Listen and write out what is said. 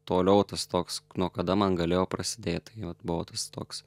toliau tas toks nuo kada man galėjo prasidėti juod buvo tas toks